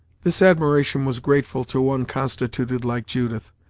this admiration was grateful to one constituted like judith,